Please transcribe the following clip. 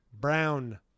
brown